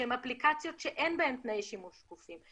שהן אפליקציות שאין בהן תנאי שימוש חוקיים,